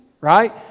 right